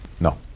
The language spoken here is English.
No